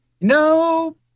No